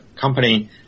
company